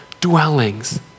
dwellings